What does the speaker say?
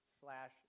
slash